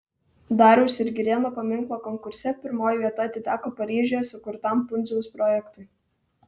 dariausi ir girėno paminklo konkurse pirmoji vieta atiteko paryžiuje sukurtam pundziaus projektui